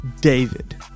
david